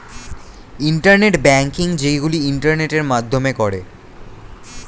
internet banking যেইগুলো ইন্টারনেটের মাধ্যমে করে